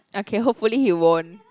okay hopefully he won't